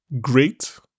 great